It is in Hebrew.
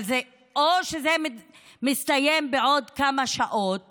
אבל או שזה מסתיים בעוד כמה שעות